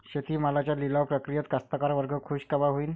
शेती मालाच्या लिलाव प्रक्रियेत कास्तकार वर्ग खूष कवा होईन?